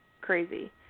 crazy